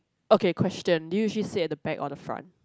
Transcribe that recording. okay question do you usually sit at the back or the front